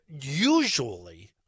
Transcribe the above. usually